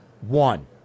one